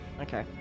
Okay